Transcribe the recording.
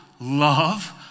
Love